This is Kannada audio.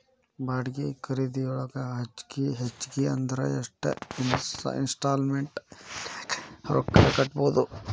ಬಾಡ್ಗಿ ಖರಿದಿಯೊಳಗ ಹೆಚ್ಗಿ ಹೆಚ್ಗಿ ಅಂದ್ರ ಯೆಷ್ಟ್ ಇನ್ಸ್ಟಾಲ್ಮೆನ್ಟ್ ನ್ಯಾಗ್ ರೊಕ್ಕಾ ಕಟ್ಬೊದು?